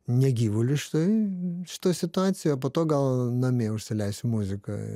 ne gyvuliu šitoj šitoj situacijoj o po to gal namie užsileisiu muziką